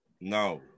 No